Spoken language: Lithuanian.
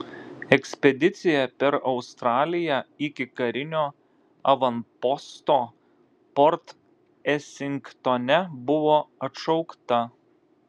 ekspedicija per australiją iki karinio avanposto port esingtone buvo atšaukta